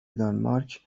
دانمارک